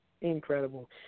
incredible